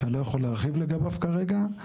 שאני לא יכול להרחיב לגביו כרגע,